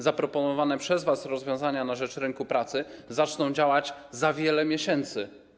Zaproponowane przez was rozwiązania na rzecz rynku pracy zaczną działać za wiele miesięcy.